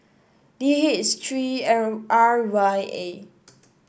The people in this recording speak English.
D H three L R Y A